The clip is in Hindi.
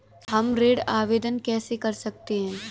हम ऋण आवेदन कैसे कर सकते हैं?